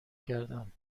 گردم